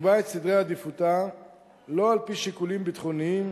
ותקבע את סדרי עדיפותה לא על-פי שיקולים ביטחוניים,